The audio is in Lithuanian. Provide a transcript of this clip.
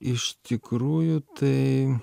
iš tikrųjų tai